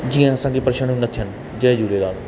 जीअं असांखे परेशानियूं न थियनि जय झूलेलाल